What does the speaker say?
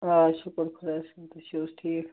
آ شُکر خۄدایس کُن تُہۍ چھُو حظ ٹھیٖک